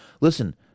Listen